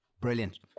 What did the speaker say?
Brilliant